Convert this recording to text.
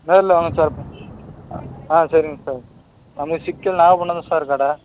நேரில் வாங்க சார் ஆ சரிங்க சார் நம்ம சிக்கல் நாகப்பட்டினம் தான் சார் கடை